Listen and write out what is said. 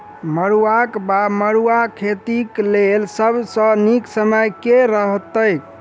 मरुआक वा मड़ुआ खेतीक लेल सब सऽ नीक समय केँ रहतैक?